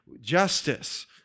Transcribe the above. Justice